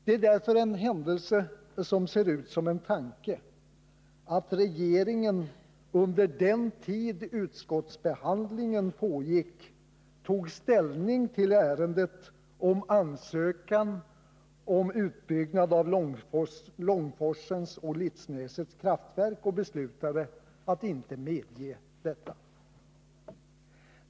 Det är därför en händelse som ser ut som en tanke att regeringen under den tid utskottsberedningen pågick tog ställning till ansökan om utbyggnad av Långforsens och Litsnäsets kraftverk och beslutade att inte medge detta.